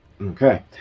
Okay